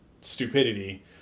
stupidity